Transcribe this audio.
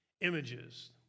images